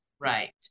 Right